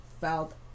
felt